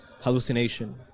hallucination